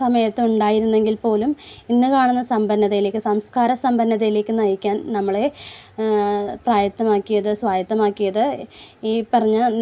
സമയത്ത് ഉണ്ടായിരുന്നെങ്കിൽ പോലും ഇന്ന് കാണുന്ന സമ്പന്നതയിലേക്ക് സംസ്കാര സമ്പന്നതയിലേക്ക് നയിക്കാൻ നമ്മളെ പ്രാപ്തമാക്കിയത് സ്വായത്തമാക്കിയത് ഈ പറഞ്ഞ